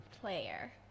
Player